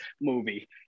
movie